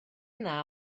yna